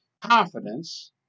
confidence